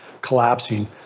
collapsing